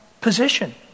position